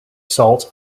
salt